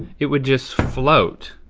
it would just float.